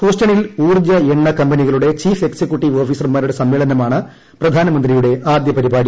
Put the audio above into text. ഹൂസ്റ്റണിൽ ഊർജ്ജ എണ്ണ കമ്പനികളുടെ ചീഫ് എക്സിക്യൂട്ടീവ് ഓഫീസർമാരുടെ സമ്മേളനമാണ് പ്രധാനമന്ത്രിയുടെ ആദ്യ പരിപാടി